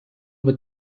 with